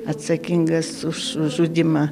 atsakingas už žudymą